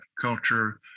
culture